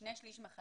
כשני שליש מהחיילים